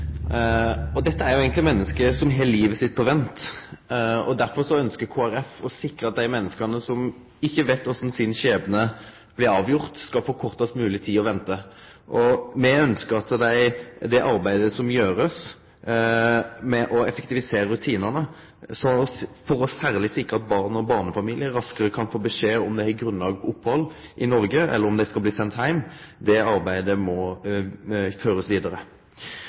asylsøkjarar. Dette er jo eigentleg menneske som har livet sitt på vent. Derfor ønskjer Kristeleg Folkeparti å sikre at dei menneska som ikkje veit korleis skjebnen deira blir avgjort, skal få kortast mogleg tid å vente. Me ønskjer at det arbeidet som ein gjer med å effektivisere rutinane for særleg å sikre at barn og barnefamiliar raskare kan få beskjed om det er grunnlag for opphald i Noreg, eller om dei skal bli sende heim, må førast vidare.